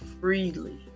freely